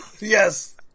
Yes